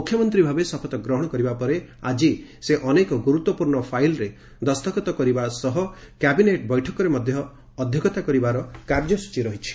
ମୁଖ୍ୟମନ୍ତ୍ରୀଭାବେ ଶପଥ ଗ୍ରହଣ କରିବା ପରେ ଆଜି ସେ ଅନେକ ଗୁରୁତ୍ୱପୂର୍ଣ୍ଣ ଫାଇଲରେ ଦସ୍ତଖତ କରିବା ସଙ୍ଗେ ସଙ୍ଗେ କ୍ୟାବିନେଟ ବୈଠକରେ ଅଧ୍ୟକ୍ଷତା କରିବାର କାର୍ଯ୍ୟସୂଚୀ ରହିଛି